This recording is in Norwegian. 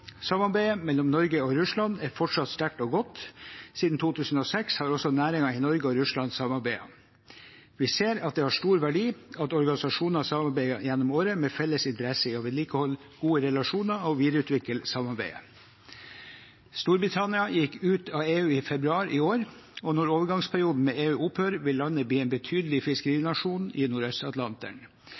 Samarbeidet mellom Norge og Russland er fortsatt sterkt og godt. Siden 2006 har også næringen i Norge og Russland samarbeidet. Vi ser at det har stor verdi at organisasjoner samarbeider gjennom året med felles interesse i å vedlikeholde gode relasjoner og videreutvikle samarbeidet. Storbritannia gikk ut av EU i februar i år, og når overgangsperioden med EU opphører, vil landet bli en betydelig fiskerinasjon i